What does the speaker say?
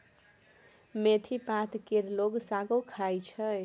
मेथी पात केर लोक सागो खाइ छै